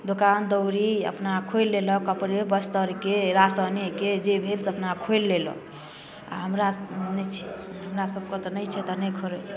दोकान दौरी अपना आ खोलि लेलक कपड़े बस्तरके राशनेके जे भेल से अपना खोलि लेलक आ हमरा नहि छी हमरा सभकऽ तऽ नहि छै तऽ नहि खोलैत छै